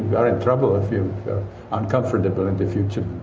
are in trouble, if you're uncomfortable in the future,